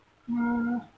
uh